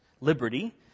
liberty